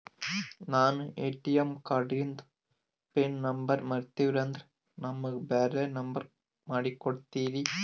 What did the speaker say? ನಾನು ಎ.ಟಿ.ಎಂ ಕಾರ್ಡಿಂದು PIN number ಮರತೀವಂದ್ರ ನಮಗ ಬ್ಯಾರೆ ನಂಬರ್ ಮಾಡಿ ಕೊಡ್ತೀರಿ?